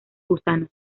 gusanos